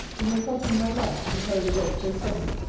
it may cost me my life, to be hurried away so suddenly.